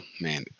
man